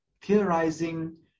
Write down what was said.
theorizing